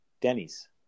Denny's